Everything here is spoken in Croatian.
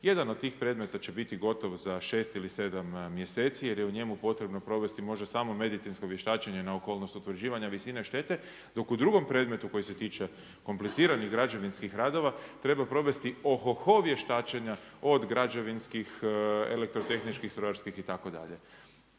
Jedan od tih predmeta će biti gotov za šest ili sedam mjeseci jer je u njemu potrebno provesti možda samo medicinsko vještačenje na okolnost utvrđivanja visine šteta dok u predmetu koji se tiče kompliciranih građevinskih radova treba provesti ohoho vještačenja od građevinskih, elektrotehničkih, strojarskih itd.